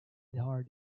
hard